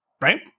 Right